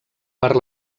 per